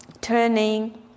turning